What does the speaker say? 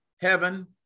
heaven